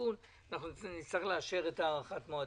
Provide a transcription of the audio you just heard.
והשיכון אנחנו נצטרך לאשר את הארכת המועדים.